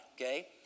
okay